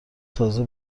تازه